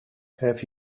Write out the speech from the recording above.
have